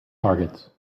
targets